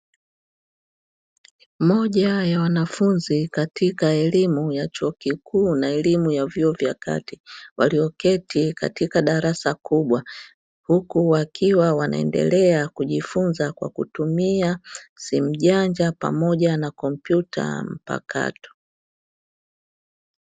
Moja ya wanafunzi katika elimu ya chuo kikuu na elimu ya vyuo vya kati walioketi katika darasa kubwa, huku wakiwa wanaendelea kujifunza kwa kutumia simu janja pamoja na kompyuta mpakato.